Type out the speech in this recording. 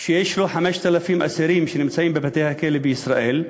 שיש לו 5,000 אסירים בבתי-הכלא בישראל,